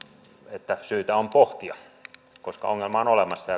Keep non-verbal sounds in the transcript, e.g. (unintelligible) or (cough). että syytä on pohtia koska ongelma on olemassa (unintelligible)